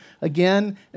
again